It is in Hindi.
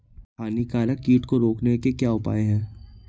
हानिकारक कीट को रोकने के क्या उपाय हैं?